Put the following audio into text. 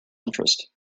interest